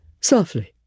softly